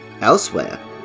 Elsewhere